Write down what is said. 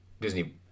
Disney